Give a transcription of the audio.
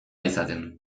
izaten